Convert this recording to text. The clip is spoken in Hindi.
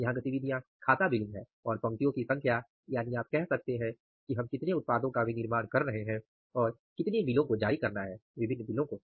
यहां गतिविधियां खाता बिलिंग हैं और पंक्तियों की संख्या यानि आप कह सकते हैं कि हम कितने उत्पादों का विनिर्माण कर रहे हैं और कितने बिलों को जारी करना है विभिन्न बिलों को